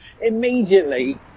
Immediately